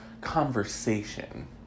conversation